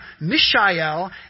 Mishael